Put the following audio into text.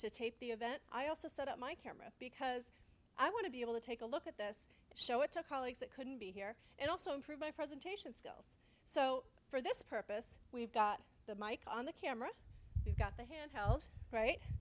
to tape the event i also set up my camera because i want to be able to take a look at this show it to colleagues that couldn't be here and also improve my presentation skills so for this purpose we've got the mike on the camera we've got the handheld right